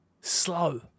Slow